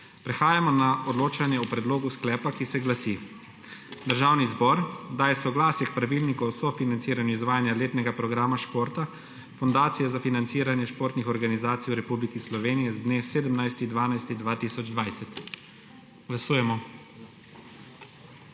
Prehajamo na odločanje o predlogu sklepa, ki se glasi: »Državni zbor daje soglasje k Pravilniku o sofinanciranju izvajanje letnega programa športa Fundacije za financiranje športnih organizacij v Republiki Sloveniji z dne 17. 12. 2020.« Glasujemo.